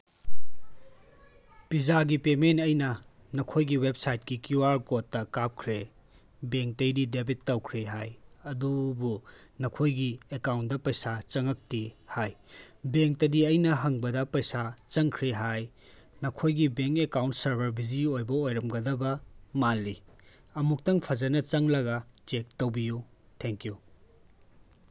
ꯄꯤꯖꯥꯒꯤ payment ꯑꯩꯅ ꯅꯈꯣꯏꯒꯤ ꯋꯦꯞꯁꯥꯏꯠꯀꯤ ꯀ꯭ꯌꯨ ꯑꯥꯔ ꯀꯣꯠꯇ ꯀꯥꯞꯈ꯭ꯔꯦ ꯕꯦꯡꯛꯇꯒꯤꯗꯤ ꯗꯦꯕꯤꯠ ꯇꯧꯈ꯭ꯔꯦ ꯍꯥꯏ ꯑꯗꯨꯕꯨ ꯅꯈꯣꯏꯒꯤ ꯑꯦꯀꯥꯎꯟꯗ ꯄꯩꯁꯥ ꯆꯪꯉꯛꯇꯦ ꯍꯥꯏ ꯕꯦꯡꯛꯇꯗꯤ ꯑꯩꯅ ꯍꯪꯕꯗ ꯄꯩꯁꯥ ꯆꯪꯈ꯭ꯔꯦ ꯍꯥꯏ ꯅꯈꯣꯏꯒꯤ ꯕꯦꯡꯛ ꯑꯦꯀꯥꯎꯟ ꯁꯥꯔꯚꯔ ꯕꯤꯖꯤ ꯑꯣꯏꯕ ꯑꯣꯏꯔꯝꯒꯗꯕ ꯃꯥꯜꯂꯤ ꯑꯃꯨꯛꯇꯪ ꯐꯖꯅ ꯆꯪꯂꯒ ꯆꯦꯛ ꯇꯧꯕꯤꯌꯨ ꯊꯦꯡꯛ ꯌꯨ